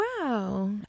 Wow